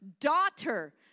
Daughter